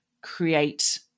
create